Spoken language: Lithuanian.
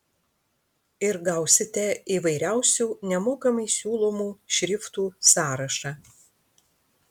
ir gausite įvairiausių nemokamai siūlomų šriftų sąrašą